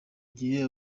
gihe